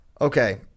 Okay